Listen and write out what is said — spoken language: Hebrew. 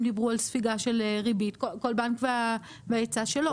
הם דיברו על ספיגה של ריבית, כל בנק וההיצע שלו.